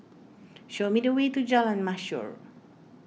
show me the way to Jalan Mashhor